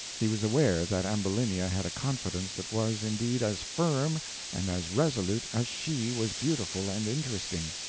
he was aware that ambulinia had a confidence that was, indeed, as firm and as resolute as she was beautiful and interesting.